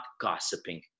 gossiping